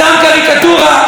שם קריקטורה,